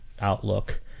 outlook